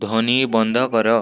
ଧ୍ୱନି ବନ୍ଦ କର